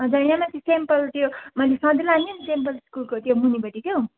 हजुर यहाँ माथि सेन्ट पल त्यो मैले सधैँ लाने नि सेन्ट पल स्कुलको त्यो मुनिपट्टि क्या हौ